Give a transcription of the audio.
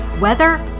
weather